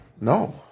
No